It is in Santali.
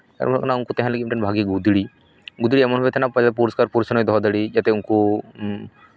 ᱟᱨ ᱩᱱᱠᱩ ᱛᱟᱦᱮᱱ ᱞᱟᱹᱜᱤᱫ ᱢᱤᱫᱴᱟᱱ ᱵᱷᱟᱜᱮ ᱜᱩᱫᱽᱲᱤ ᱜᱩᱫᱽᱲᱤ ᱮᱢᱚᱱ ᱵᱷᱟᱵᱮ ᱛᱮ ᱱᱟᱯᱟᱭ ᱯᱚᱨᱤᱥᱠᱟᱨ ᱯᱚᱨᱤᱪᱷᱚᱱᱱᱚ ᱫᱚᱦᱚ ᱫᱟᱲᱮᱜ ᱡᱟᱛᱮ ᱩᱱᱠᱩ